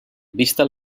vista